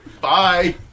bye